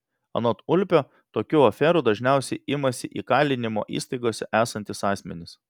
anot ulpio tokių aferų dažniausiai imasi įkalinimo įstaigose esantys asmenys